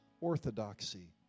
orthodoxy